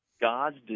God's